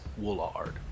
Woolard